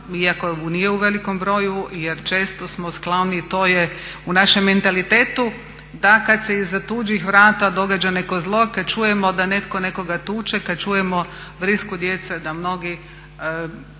iako nije u velikom broju jer često smo skloni to, to je u našem mentalitetu da kad se iza tuđih vrata događa neko zlo, kad čujemo da netko nekoga tuče, kad čujemo vrisku djece da mnogi